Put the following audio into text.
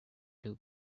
two